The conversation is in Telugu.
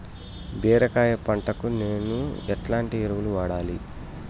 బీరకాయ పంటకు నేను ఎట్లాంటి ఎరువులు వాడాలి?